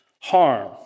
harm